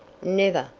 never!